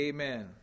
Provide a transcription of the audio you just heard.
Amen